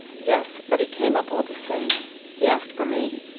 yes but he came up all the same he asked for me.